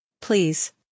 Please